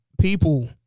people